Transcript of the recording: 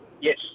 Yes